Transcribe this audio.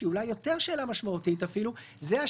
שהיא אולי אפילו משמעותית יותר,